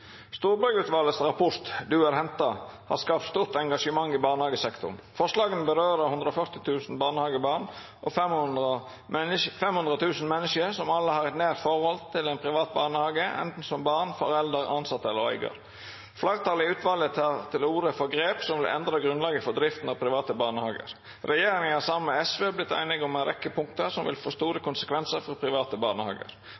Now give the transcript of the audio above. rapport «Du er henta» har fått stor oppmerksomhet og skapt mye engasjement i barnehagesektoren. Det er ikke uten grunn. Forslagene som ble lagt fram, berører 140 000 barnehagebarn og nesten en halv million mennesker som har et nært forhold til en privat barnehage, enten som barn, forelder, ansatt eller eier. Flertallet i utvalget tar til orde for grep som vil endre grunnlaget for drift av private barnehager